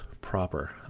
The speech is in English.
proper